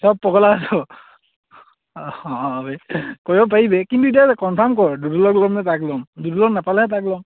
সব পগলা হৈ যাব অঁ বে কৰিব পাৰি বে কিন্তু এতিয়া কনফাৰ্ম কৰ দুদুলক ল'মনে তাক ল'ম দুদুলক নাপালেহে তাক ল'ম